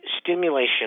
stimulation